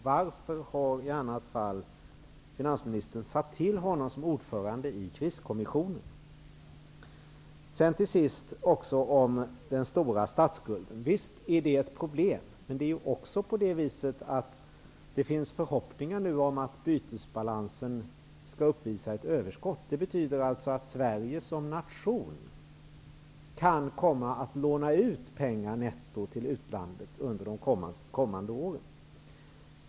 Varför har i annat fall finansministern tillsatt honom som ordförande i Till sist några ord om den stora statsskulden. Visst är den ett problem. Men det finns också förhoppningar nu om att bytesbalansen skall uppvisa ett överskott. Det betyder alltså att Sverige som nation kan komma att netto låna ut pengar till utlandet under de kommande åren.